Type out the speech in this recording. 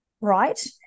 right